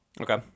Okay